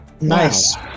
Nice